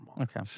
Okay